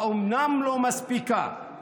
אומנם לא מספיקה,